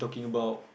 about